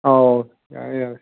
ꯑꯧ ꯌꯥꯔꯦ ꯌꯥꯔꯦ